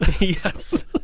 Yes